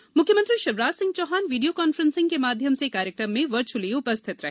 म्ख्यमंत्री Shivraj Singh Chouhan video conferencing के माध्यम से कार्यक्रम में वर्च्अली उपस्थित रहे